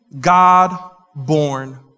God-born